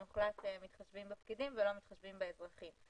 מתחשבים בפקידים ולא מתחשבים באזרחים.